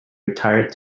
retired